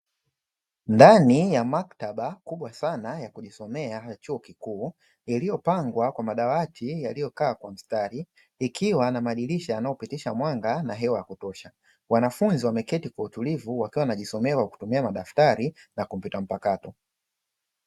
Ndani ya maktaba kubwa sana ya kujisomea ya chuo kikuu, iliyopangwa kwa madawati yaliyokaa kwa mstari ikiwa na madirisha yanayopitisha mwanga na hewa ya kutosha. Wanafunzi wameketi kwa utulivu wakiwa wanajisomea kwa kutumia madaftari na kompyuta mpakato.